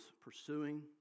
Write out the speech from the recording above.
pursuing